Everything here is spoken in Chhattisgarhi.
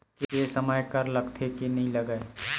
के समय कर लगथे के नइ लगय?